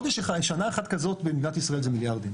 שנה אחת כזאת בישראל זה מיליארדים.